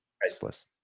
priceless